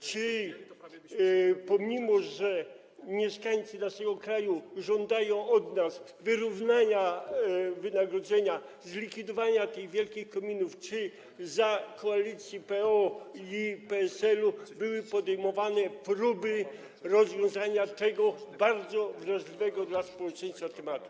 Czy w związku z tym, że mieszkańcy naszego kraju żądają od nas wyrównania wynagrodzeń, zlikwidowania tych wielkich kominów, za koalicji PO i PSL-u były podejmowane próby rozwiązania tego bardzo wrażliwego dla społeczeństwa tematu?